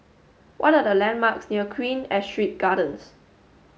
what are the landmarks near Queen Astrid Gardens